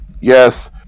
yes